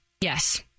Yes